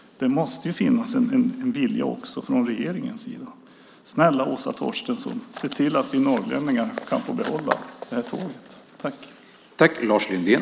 Det måste finnas en vilja också från regeringens sida. Snälla Åsa Torstensson, se till att vi norrlänningar kan få behålla det här tåget!